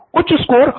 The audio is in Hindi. प्रो बाला उच्च स्कोर